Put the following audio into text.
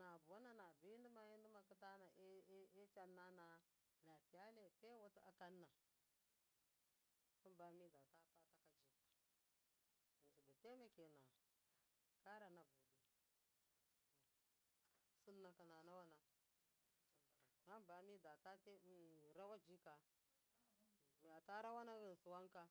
nabuwana nabi duma a aakmakutana eichana nanapiya lapiyewatu a kankuana ham ba mida pat ajika ghinsi di’tumate kaea na budi’ hambu bidata raw ajika miyata rawoghinsi wan ka